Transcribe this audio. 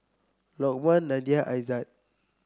Lokman Nadia Aizat